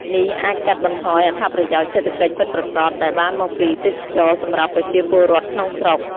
នេះអាចកាត់បន្ថយអត្ថប្រយោជន៍សេដ្ឋកិច្ចពិតប្រាកដដែលបានមកពីទេសចរណ៍សម្រាប់ប្រជាពលរដ្ឋក្នុងស្រុក។